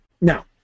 Now